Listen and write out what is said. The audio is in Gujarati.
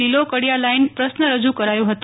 લીલો કડિયા લાઇન પ્રશ્ન રજુ કરાયો હતો